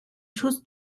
chose